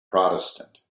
protestant